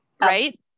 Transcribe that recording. Right